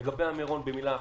לגבי מירון, במילה אחת,